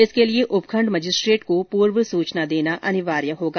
इसके लिए उपखंड मजिस्ट्रेट को पूर्व सूचना देना अनिवार्य होगा